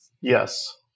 Yes